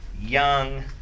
young